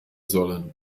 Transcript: sollen